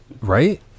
Right